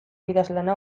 idazlana